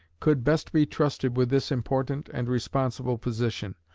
could best be trusted with this important and responsible position.